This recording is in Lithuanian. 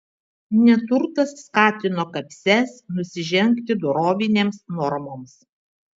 neturtas skatino kapses nusižengti dorovinėms normoms